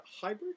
hybrid